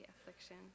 affliction